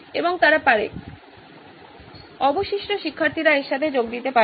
এবং তারা পারে অবশিষ্ট শিক্ষার্থীরা এর সাথে যোগ করতে পারে